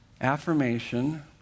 affirmation